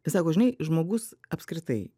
sako žinai žmogus apskritai